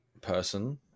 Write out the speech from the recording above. person